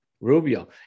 Rubio